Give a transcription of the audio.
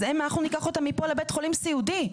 אנחנו ניקח אותם מפה לבית חולים סיעודי'.